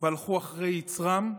והלכו אחרי יצרם,